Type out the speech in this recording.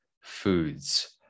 foods